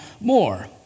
more